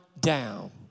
down